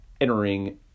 entering